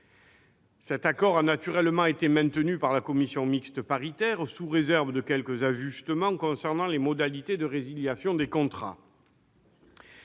Cet accord a naturellement été maintenu par la commission mixte paritaire, sous réserve de quelques ajustements concernant les modalités de résiliation des contrats